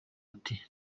ati